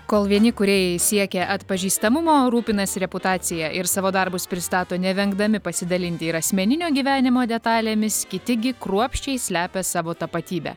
kol vieni kūrėjai siekia atpažįstamumo rūpinasi reputacija ir savo darbus pristato nevengdami pasidalinti ir asmeninio gyvenimo detalėmis kiti gi kruopščiai slepia savo tapatybę